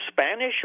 Spanish